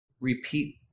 repeat